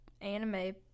anime